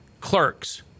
clerks